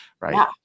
right